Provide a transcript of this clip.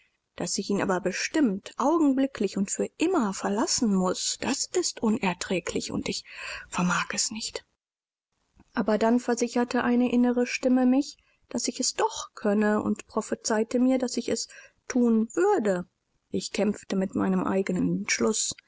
daß ich ihn aber bestimmt augenblicklich und für immer verlassen muß das ist unerträglich und ich vermag es nicht aber dann versicherte eine innere stimme mich daß ich es doch könne und prophezeite mir daß ich es thun würde ich kämpfte mit meinem eigenen entschluß